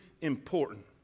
important